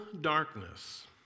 darkness